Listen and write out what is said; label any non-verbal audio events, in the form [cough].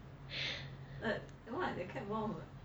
[breath] like what the cat ball what